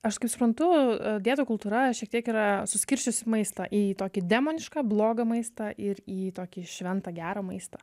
aš kaip suprantu dietų kultūra šiek tiek yra suskirsčiusi maistą į tokį demonišką blogą maistą ir į tokį šventą gerą maistą